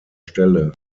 stelle